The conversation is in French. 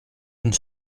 une